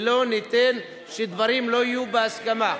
ולא ניתן שדברים לא יהיו בהסכמה.